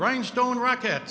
rhinestone rocket